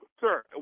Sir